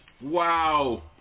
Wow